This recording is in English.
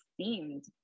themed